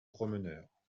promeneurs